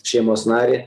šeimos narį